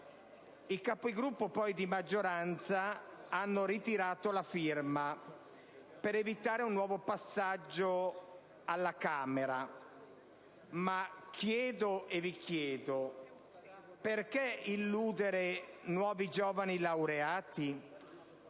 I Capigruppo di maggioranza hanno poi ritirato la firma per evitare un nuovo passaggio alla Camera. Ma chiedo e vi chiedo: perché illudere nuovi giovani laureati?